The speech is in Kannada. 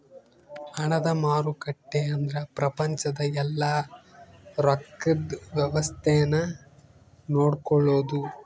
ಹಣದ ಮಾರುಕಟ್ಟೆ ಅಂದ್ರ ಪ್ರಪಂಚದ ಯೆಲ್ಲ ರೊಕ್ಕದ್ ವ್ಯವಸ್ತೆ ನ ನೋಡ್ಕೊಳೋದು